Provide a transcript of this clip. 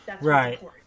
Right